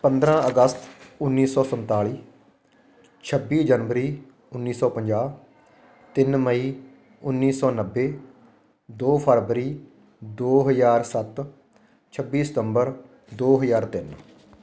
ਪੰਦਰ੍ਹਾਂ ਅਗਸਤ ਉੱਨੀ ਸੌ ਸੰਤਾਲੀ ਛੱਬੀ ਜਨਵਰੀ ਉੱਨੀ ਸੌ ਪੰਜਾਹ ਤਿੰਨ ਮਈ ਉੱਨੀ ਸੌ ਨੱਬੇ ਦੋ ਫਰਵਰੀ ਦੋ ਹਜ਼ਾਰ ਸੱਤ ਛੱਬੀ ਸਤੰਬਰ ਦੋ ਹਜ਼ਾਰ ਤਿੰਨ